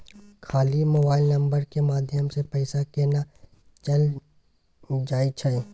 खाली mobile number के माध्यम से पैसा केना चल जायछै?